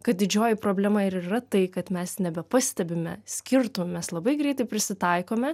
kad didžioji problema ir yra tai kad mes nebepastebime skirtumų mes labai greitai prisitaikome